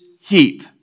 heap